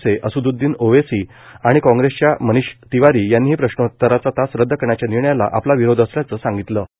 चे असद्ददिन ओवेसी आणि काँग्रेसच्या मनीष तिवारी यांनीही प्रश्नोतराचा तास रद्द करण्याच्या निर्णयाला आपला विरोध असल्याचं सांगितलं होतं